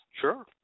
Sure